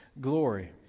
glory